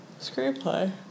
screenplay